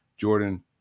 Jordan